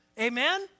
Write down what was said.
Amen